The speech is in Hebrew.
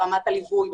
ברמת הליווי,